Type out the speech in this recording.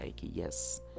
yes